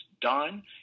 done